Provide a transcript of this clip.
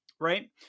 Right